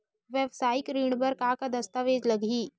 वेवसायिक ऋण बर का का दस्तावेज लगही?